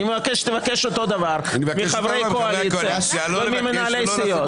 אני מבקש שתבקש אותו הדבר מחברי הקואליציה וממנהלי הסיעות.